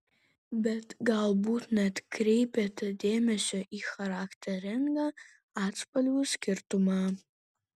bet galbūt neatkreipėte dėmesio į charakteringą atspalvių skirtumą